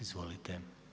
Izvolite.